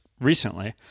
recently